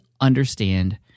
understand